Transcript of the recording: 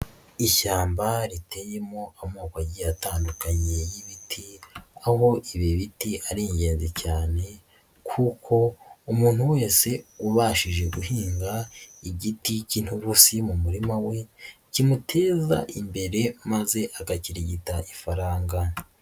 Ishyamba riteyemo amoko agiye atandukanye y'ibiti, aho ibi biti ari ingenzi cyane kuko umuntu wese ubashije guhinga igiti cy'inturusi mu murima we, kimuteza imbere maze agakirigita ifaranga.